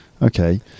Okay